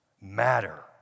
matter